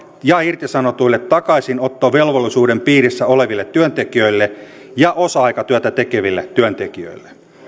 ja irtisanotuille takaisinottovelvollisuuden piirissä oleville työntekijöille ja osa aikatyötä tekeville työntekijöille